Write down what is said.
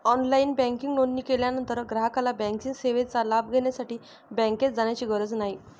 online banking नोंदणी केल्यानंतर ग्राहकाला बँकिंग सेवेचा लाभ घेण्यासाठी बँकेत जाण्याची गरज नाही